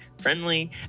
friendly